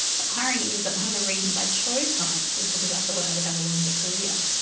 the irony is that one of the reasons i choose science was because i thought i would have a longer career.